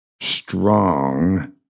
strong